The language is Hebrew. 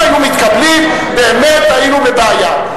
אם היו מתקבלות, באמת היינו בבעיה.